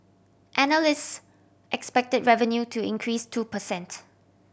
analysts expect revenue to increase two per cent